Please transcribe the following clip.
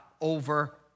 over